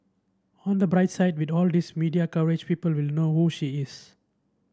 on the bright side with all these media coverage people will know who she is